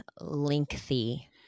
lengthy